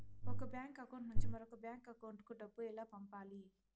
ఒక bank account నుంచి మరొక బ్యాంకు అకౌంట్ కు డబ్బు ఎలా పంపాలి